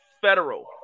federal